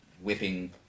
whipping